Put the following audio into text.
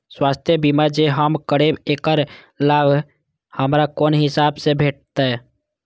स्वास्थ्य बीमा जे हम करेब ऐकर लाभ हमरा कोन हिसाब से भेटतै?